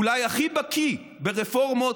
אולי הכי בקי ברפורמות